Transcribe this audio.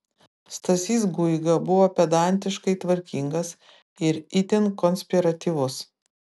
stasys guiga buvo pedantiškai tvarkingas ir itin konspiratyvus